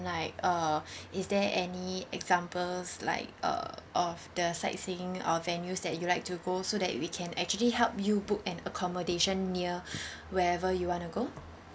like uh is there any examples like uh of the sightseeing or venues that you like to go so that we can actually help you book an accommodation near wherever you want to go